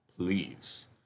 Please